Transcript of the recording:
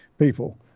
people